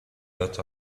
dot